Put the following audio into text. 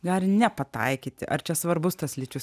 gali nepataikyti ar čia svarbus tas lyčių